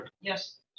Yes